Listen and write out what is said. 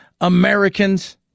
Americans